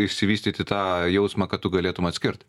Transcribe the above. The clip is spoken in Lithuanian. išsivystyti tą aaa jausmą kad tu galėtum atskirt